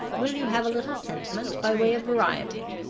will you have a little sentiment by way of variety?